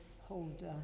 hold